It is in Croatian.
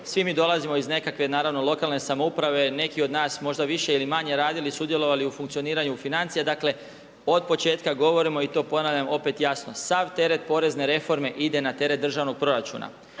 Svi mi dolazimo naravno iz nekakve lokalne samouprave, neki od nas možda više ili manje radili i sudjelovali u funkcioniranju financija. Dakle od početka govorimo i to ponavljam opet jasno, sav teret porezne reforme ide na teret državnog proračuna.